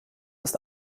ist